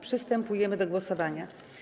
Przystępujemy do głosowania.